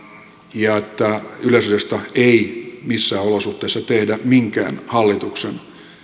ja että yleisradiosta ei missään olosuhteissa tehdä minkään hallituksen